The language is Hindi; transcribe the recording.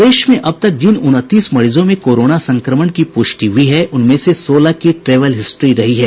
प्रदेश में अब तक जिन उनतीस मरीजों में कोरोना संक्रमण की पुष्टि हुयी है उनमें से सोलह की ट्रेवल हिस्ट्री रही है